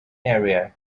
area